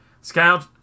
Scout